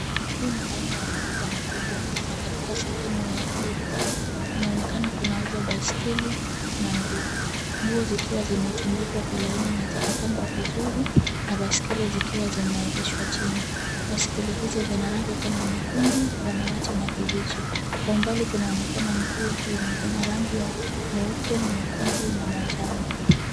Hii ni aina ya maduka makubwa na katika sehemu ya hili duka, kunaonekana kunauzwa baiskeli na nguo. Nguo zikiwa zimetundikwa kwa laini na zikapangwa vizuri na baiskeli zikiwa zimeegeshwa chini. Baisikeli hizi zina rangi rangi kama nyekundu, samawati na kibichi. Kwa umbali kunaonekana nguo zenye zina rangi ya nyeupe, nyekundu na manjano.